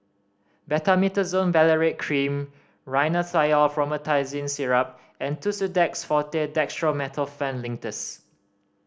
Betamethasone Valerate Cream Rhinathiol Promethazine Syrup and Tussidex Forte Dextromethorphan Linctus